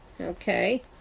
Okay